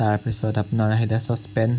তাৰপিছত আপোনাৰ আহিলে চচপেন